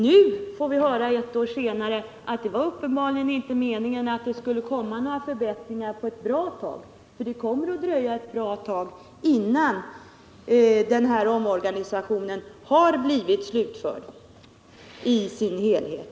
Nu får vi höra, ett år senare, att det uppenbarligen inte var meningen att några förbättringar skulle genomföras på ett bra tag. Det kommer alltså att dröja ganska länge innan omorganisationen blivit slutförd i sin helhet.